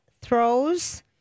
throws